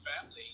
family